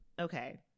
Okay